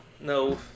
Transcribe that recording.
no